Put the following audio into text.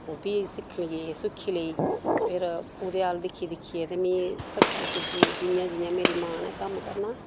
ओह् बी सिखली सिक्खी लेई फिर ओह्दे अल दिक्खी दिक्खियै ते में सब्जी सूब्जी जि'यां जि'यां मेरी मां ने कम्म करना